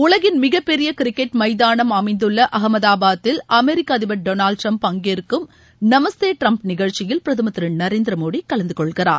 உலகின் மிகப்பெரிய கிரிக்கெட் மைதானம் அமைந்துள்ள அகமதாபாத்தில் அமெரிக்க அதிபர் டொனால்ட் டிரம்ப் பங்கேற்கும் நமஸ்தே டிரம்ப் நிகழ்ச்சியில் பிரதமர் திரு நரேந்திர மோடி கலந்து கொள்கிறார்